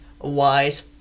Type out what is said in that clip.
wise